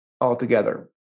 altogether